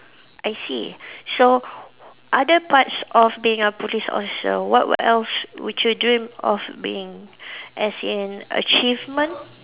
I see so other parts of being a police officer what else would you dream of being as in achievement